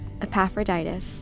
Epaphroditus